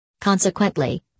Consequently